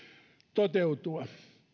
toteutua